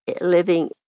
living